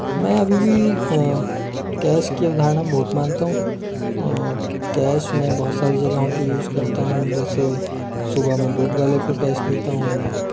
मैं अभी भी कैश की अवधारणा में बहुत मानता हूँ कैश मैं बहुत सारी जगहों पर यूज़ करता हूँ जैसे सुबह मैं दूध वाले को कैश देता हूँ